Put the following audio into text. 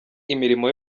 imirimo